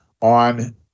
on